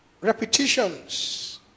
Repetitions